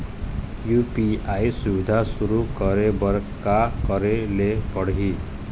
UPI सुविधा शुरू करे बर का करे ले पड़ही?